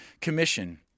Commission